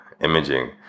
imaging